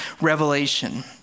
Revelation